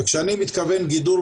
וכשאני מתכוון גידור,